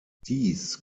dies